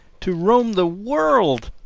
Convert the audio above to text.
to roam the world!